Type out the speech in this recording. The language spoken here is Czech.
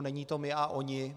Není to my a oni.